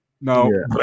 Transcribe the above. no